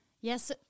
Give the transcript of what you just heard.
Yes